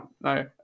No